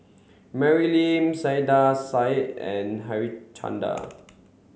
Mary Lim Saiedah Said and Harichandra